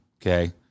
okay